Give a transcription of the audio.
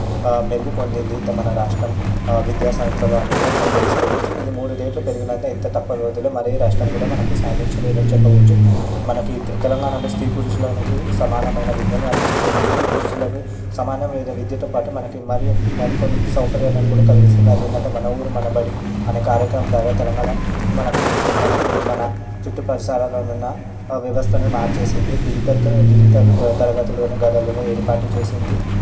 మెరుగు పొందింది త మన రాష్ట్రం విద్యాసంస్థలు అది కూడా మనం తెలుసుకోవచ్చు ఇది మూడు రేట్లు పెరిగినాక ఎంత తక్కువ వ్యవధిలో మరి ఏ రాష్ట్రం కూడా మనకు సాధించలేదని చెప్పవచ్చు మనకి తెలంగాణలో స్త్రీ పురుషులకు సమానమైన విద్యను అందిస్తుంది మరియు స్త్రీ పురుషులకు సమానమైన విద్యతోపాటు మనకి మరి ఎక్కువ మరి కొన్ని సౌకర్యాలు కూడా కలిగిస్తుంది అది ఏంటంటే మన ఊరు మనబడి అనే కార్యక్రమం ద్వారా తెలంగాణ మనకి మనకి మన చుట్టూ పరిసరాలలో ఉన్న వ్యవస్థను మార్చేసింది డిజిటల్తో డిజిటల్ తరగతి గదులని ఏర్పాటు చేసింది